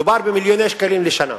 מדובר במיליוני שקלים לשנה.